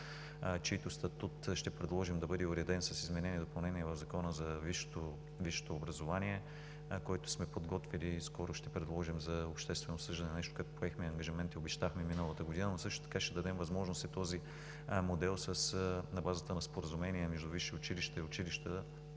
чийто статут ще предложим да бъде уреден с изменение и допълнение в Закона за висшето образование, който сме подготвили и скоро ще предложим за обществено обсъждане, нещо, за което поехме ангажимент и обещахме миналата година. Също така ще дадем възможност на базата на споразумение между висши училища и училища